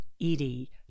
Edie